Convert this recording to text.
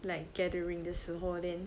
like gathering 的时候 then